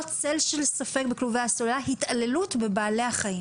צל של ספק פרקטיקה של התעללות בבעלי החיים.